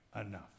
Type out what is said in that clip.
enough